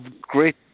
great